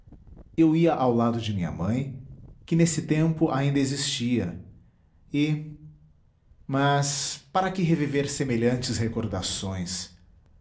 eu ia ao lado de minha mãe que nesse tempo ainda existia e mas para que reviver semelhantes recordações